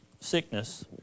sickness